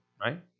right